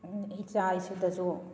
ꯏꯆꯥ ꯏꯁꯨꯗꯁꯨ